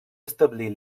establir